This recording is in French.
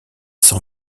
sans